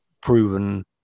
proven